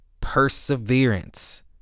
perseverance